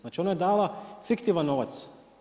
Znači, ona je dala fiktivan novac.